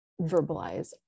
verbalize